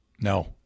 No